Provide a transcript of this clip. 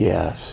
Yes